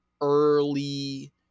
early